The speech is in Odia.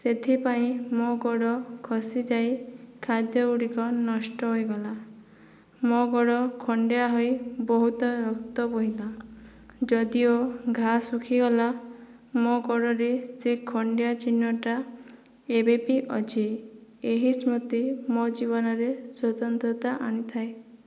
ସେଥିପାଇଁ ମୋ ଗୋଡ଼ ଖସି ଯାଇ ଖାଦ୍ୟ ଗୁଡ଼ିକ ନଷ୍ଟ ହୋଇଗଲା ମୋ ଗୋଡ଼ ଖଣ୍ଡିଆ ହୋଇ ବହୁତ ରକ୍ତ ବହିଲା ଯଦିଓ ଘା ଶୁଖିଗଲା ମୋ ଗୋଡ଼ରେ ସେ ଖଣ୍ଡିଆ ଚିହ୍ନଟା ଏବେବି ଅଛି ଏହି ସ୍ମୃତି ମୋ ଜୀବନରେ ସ୍ଵତନ୍ତ୍ରତା ଆଣିଥାଏ